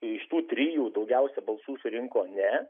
iš tų trijų daugiausia balsų surinko ne